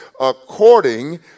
According